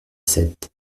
sept